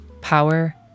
Power